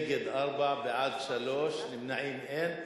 נגד, 4, בעד, 3, נמנעים, אין.